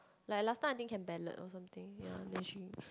like last time I think can ballot or something ya then she